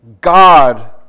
God